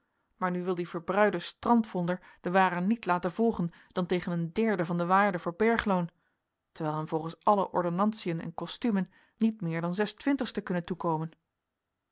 maar nu wil die verbruide strandvonder de waren niet laten volgen dan tegen een derde van de waarde voor bergloon terwijl hem volgens alle ordonnantiën en costuymen niet meer dan zes twintigsten kunnen toekomen